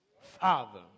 father